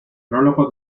prólogo